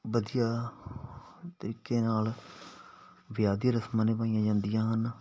ਵਧੀਆ ਤਰੀਕੇ ਨਾਲ ਵਿਆਹ ਦੀਆਂ ਰਸਮਾਂ ਨਿਭਾਈਆਂ ਜਾਂਦੀਆਂ ਹਨ